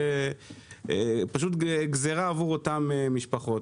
פשוט גזרה עבור אותן משפחות.